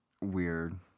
Weird